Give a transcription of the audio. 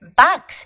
box